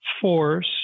force